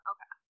Okay